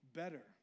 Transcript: better